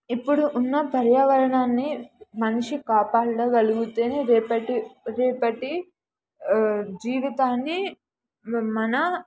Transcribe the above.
ఇప్పుడు ఉన్న పర్యావరణాన్ని మనిషి కాపాడగలిగితేనే రేపటి రేపటి జీవితాన్ని మన